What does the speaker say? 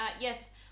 Yes